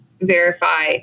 verify